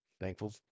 Thankful